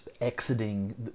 exiting